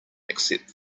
except